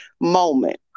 moment